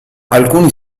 alcuni